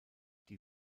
die